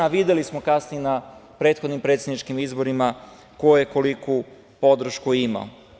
Videli smo kasnije i na prethodnim predsedničkim izborima ko je koliku podršku imao.